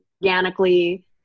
organically